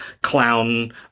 clown